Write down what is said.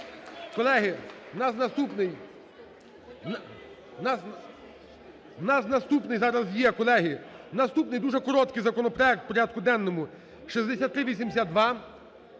колеги, наступний дуже короткий законопроект у порядку денному – 6382.